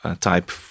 type